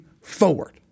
forward